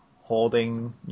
holding